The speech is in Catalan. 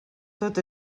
tot